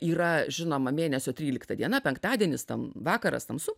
yra žinoma mėnesio trylika diena penktadienis tam vakaras tamsu